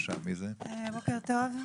בוקר טוב.